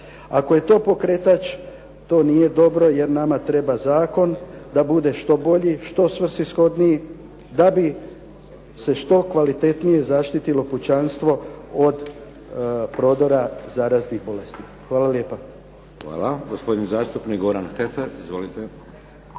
Ako je to pokretač to nije dobro jer nama treba zakon da bude što bolji, što svrsishodniji, da bi se što kvalitetnije zaštitilo pučanstvo od prodora zaraznih bolesti. Hvala lijepa. **Šeks, Vladimir (HDZ)** Hvala. Gospodin zastupnik Goran Heffer. Izvolite.